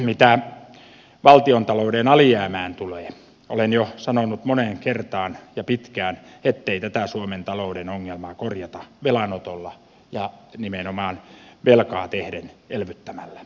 mitä valtiontalouden alijäämään tulee olen jo sanonut moneen kertaan ja pitkään ettei tätä suomen talouden ongelmaa korjata velanotolla ja nimenomaan velkaa tehden elvyttämällä